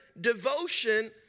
devotion